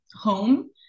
home